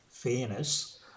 fairness